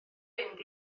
mynd